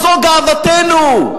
זו גאוותנו,